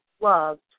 loved